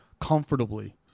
comfortably